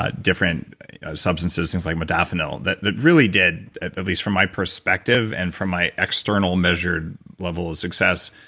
ah different substances, things like modafinil, that that really did, at least from my perspective and from my external measure level of success,